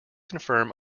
confirm